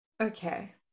Okay